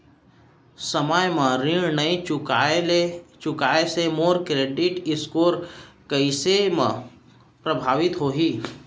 समय म ऋण नई चुकोय से मोर क्रेडिट स्कोर कइसे म प्रभावित होही?